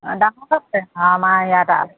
ডাঙৰকৈ পাতে আমাৰ ইয়াত আৰু